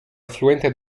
affluente